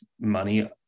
money